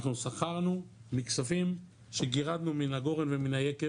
אנחנו שכרנו מכספים שגירדנו מהיקב ומן הגורן